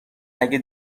اگه